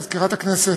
מזכירת הכנסת,